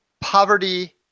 Poverty